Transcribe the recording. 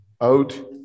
Out